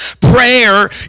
Prayer